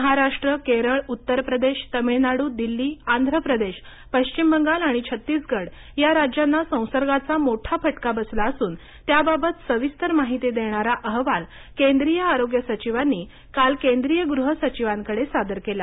महाराष्ट्र केरळ उत्तर प्रदेश तमिळनाडू दिल्ली आंध्र प्रदेश पश्विम बंगाल आणि छत्तीसगड या राज्यांना संसर्गाचा मोठा फटका बसला असून त्याबाबत सविस्तर माहिती देणारा अहवाल केंद्रीय आरोग्य सचिवांनी काल केंद्रीय गृह सचिवांकडे सादर केला